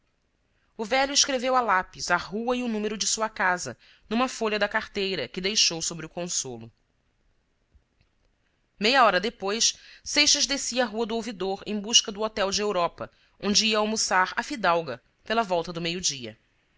o velho escreveu a lápis a rua e o número de sua casa numa folha da carteira que deixou sobre o consolo meia hora depois seixas descia a rua do ouvidor em busca do hotel de europa onde ia almoçar à fidalga pela volta do meio-dia